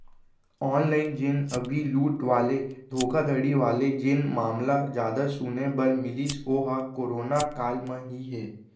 online जेन अभी लूट वाले धोखाघड़ी वाले जेन मामला जादा सुने बर मिलिस ओहा करोना काल म ही हे